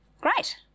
Great